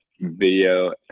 video